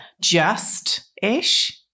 Just-ish